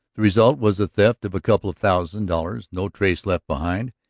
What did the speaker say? the result was a theft of a couple of thousand dollars, no trace left behind,